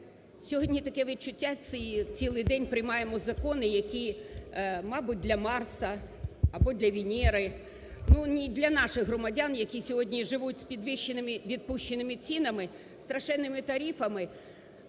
Сьогодні таке відчуття, цілий день приймаємо закони, які, мабуть, для Марса або для Венери, но не для наших громадян, які сьогодні живуть з відпущеними цінами, страшенними тарифами,